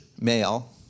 male